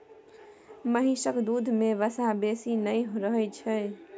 महिषक दूध में वसा बेसी नहि रहइ छै